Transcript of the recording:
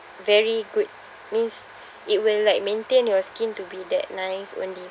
very good means it will like maintain your skin to be that nice only